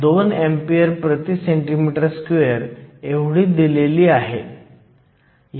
तर आपल्याला reverse current जाणून घ्यायचा आहे जेव्हा Vr हा 5 व्होल्ट असतो